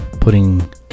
putting